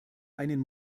einen